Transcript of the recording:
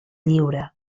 lliure